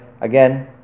again